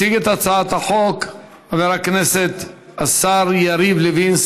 יציג את הצעת החוק חבר הכנסת השר יריב לוין,